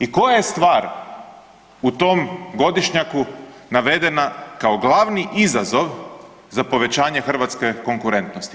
I koja je stvar u tom godišnjaku navedena kao glavni izazov za povećanje hrvatske konkurentnosti?